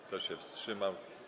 Kto się wstrzymał?